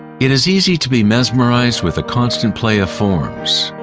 it is easy to be mesmerized with the constant play of forms,